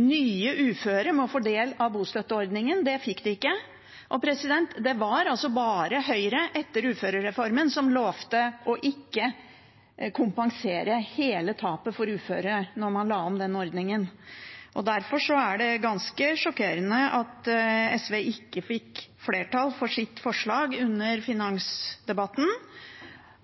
Nye uføre må få ta del i bostøtteordningen. Det fikk de ikke. Det var altså bare Høyre som etter uførereformen lovte ikke å kompensere hele tapet for uføre da man la om den ordningen. Derfor er det ganske sjokkerende at SV under finansdebatten ikke fikk flertall for forslaget